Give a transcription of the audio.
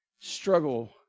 struggle